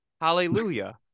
Hallelujah